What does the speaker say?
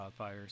wildfires